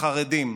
חרדים.